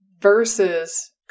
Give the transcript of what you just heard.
Versus